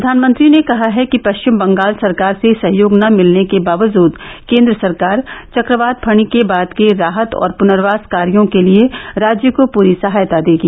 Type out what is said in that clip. प्रधानमंत्री ने कहा है कि पश्चिम बंगाल सरकार से सहयोग न मिलने के बावजूद केन्द्र सरकार चक्रवात फनी के बाद के राहत और पुनर्वास कार्यों के लिए राज्य को पूरी सहायता देगी